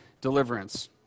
deliverance